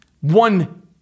one